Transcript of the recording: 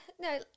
no